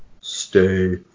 stay